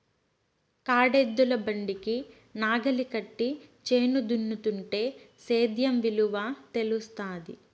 కాడెద్దుల బండికి నాగలి కట్టి చేను దున్నుతుంటే సేద్యం విలువ తెలుస్తాది